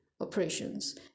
operations